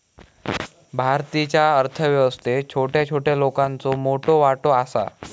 भारतीच्या अर्थ व्यवस्थेत छोट्या छोट्या लोकांचो मोठो वाटो आसा